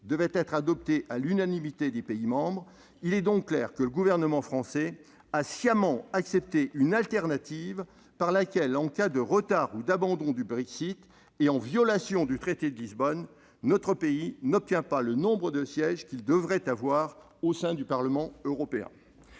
devait être adoptée à l'unanimité des pays membres, il est donc clair que le gouvernement français a sciemment accepté une autre option, par laquelle, en cas de retard ou d'abandon du Brexit, en violation du traité de Lisbonne, notre pays n'obtiendrait pas le nombre de sièges qu'il devrait avoir au sein du Parlement européen.